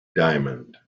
diamond